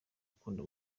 ukunda